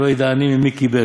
ולא ידע העני ממי קיבל.